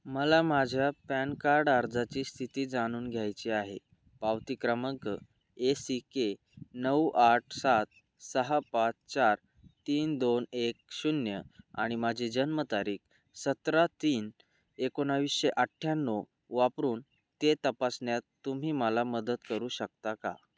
मला माझ्या PAN card अर्जाची स्थिती जाणून घ्यायची आहे पावती क्रमांक ए सी के नऊ आठ सात सहा पाच चार तीन दोन एक शून्य आणि माझी जन्मतारीख सतरा तीन एकोणाविसशे अठ्ठ्याण्णव वापरून ते तपासण्यात तुम्ही मला मदत करू शकता का